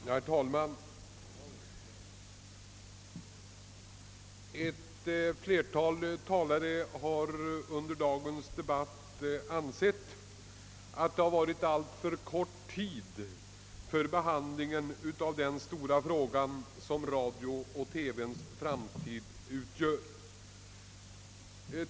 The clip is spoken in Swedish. Herr talman! Ett flertal talare har under dagens debatt ansett att alltför kort tid stod till buds för behandlingen av den stora frågan om radions och televisionens framtid.